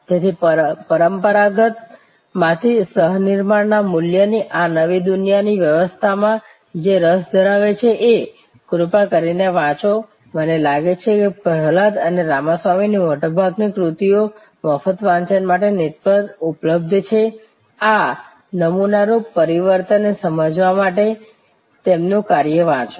તેથી પરંપરાગત માંથી સહ નિર્માણના મૂલ્ય ની આ નવી દુનિયાની વ્યવસ્થા મા જે રસ ધરાવે છે એ કૃપા કરીને વાંચો મને લાગે છે કે પ્રહલાદ અને રામાસ્વામીની મોટાભાગની કૃતિઓ મફત વાંચન માટે નેટ પર ઉપલબ્ધ છે આ નમૂનારૂપ પરિવર્તનને સમજવા માટે તેમનું કાર્ય વાંચો